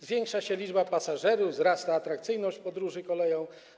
Zwiększa się liczba pasażerów, wzrasta atrakcyjność podróży koleją.